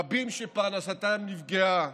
רבים שפרנסתם נפגעה.